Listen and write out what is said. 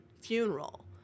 funeral